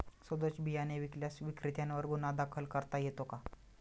सदोष बियाणे विकल्यास विक्रेत्यांवर गुन्हा दाखल करता येतो का?